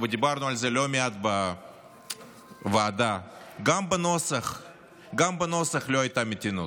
ודיברנו על זה לא מעט בוועדה גם בנוסח לא הייתה מתינות,